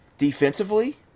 Defensively